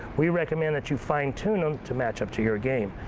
we recommend that you fine tune them to match up to your game.